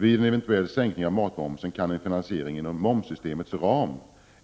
Vid en eventuell sänkning av matmomsen kan en finansiering inom momssystemets ram